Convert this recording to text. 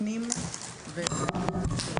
פנים ומדע וטכנולוגיה.